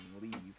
leave